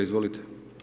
Izvolite.